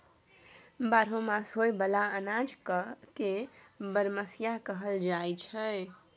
बारहो मास होए बला अनाज के बरमसिया कहल जाई छै